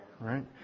right